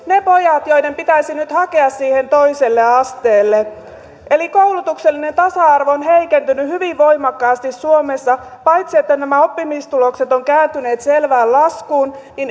ne pojat joiden pitäisi nyt hakea sinne toiselle asteelle eli koulutuksellinen tasa arvo on heikentynyt hyvin voimakkaasti suomessa sen lisäksi että nämä oppimistulokset ovat kääntyneet selvään laskuun